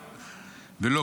ולא,